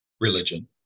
religion